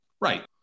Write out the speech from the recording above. Right